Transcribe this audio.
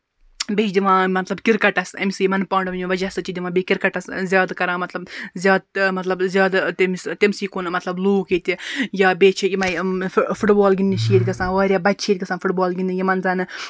بیٚیہِ چھِ دِوان مطلب کِرکَٹَس أمِس یِمن پانڈو کہِ وجہ سۭتۍ چھِ دِوان بیٚیہِ کِرکَٹَس زیادٕ کران مطلب زیادٕ مطلب زیادٕ تٔمِس تٔمِسٕے کُن مطلب لُکھ ییٚتہِ یا بیٚیہِ چھِ یَمَے فُٹ بال گِنٛدنہِ چھِ ییٚتہِ گژھان واریاہ بَچہٕ چھِ ییٚتہِ گژھان فُٹ بال گِنٛدنہِ یِمن زَن